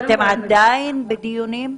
אתם עדיין בדיונים.